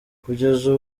kugeza